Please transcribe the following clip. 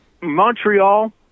Montreal